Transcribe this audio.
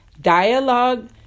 Dialogue